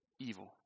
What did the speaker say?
evil